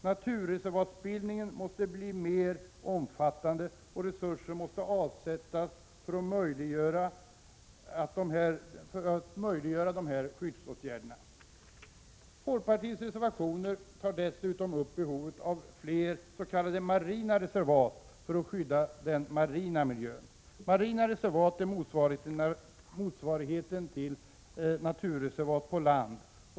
Naturreservatsbildningen måste bli mer omfattande, och resurser måste avsättas för att möjliggöra dessa skyddsåtgärder. Folkpartiets reservationer tar dessutom upp behovet av fler s.k. marina reservat för att skydda den marina miljön. Marina reservat är motsvarigheten till naturreservat på land.